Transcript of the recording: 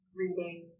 reading